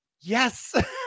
yes